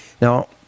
Now